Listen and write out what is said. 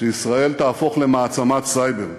שישראל תהפוך למעצמת סייבר.